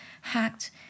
hacked